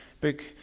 big